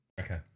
Okay